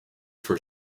for